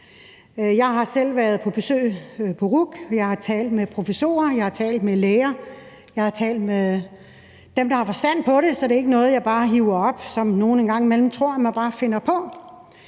Jeg har selv været på besøg på RUC. Jeg har talt med professorer, jeg har talt med læger, jeg har talt med dem, der har forstand på det, så det er ikke noget, jeg bare hiver op eller finder på, som nogle en gang imellem tror. Der var mange, der så,